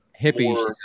hippies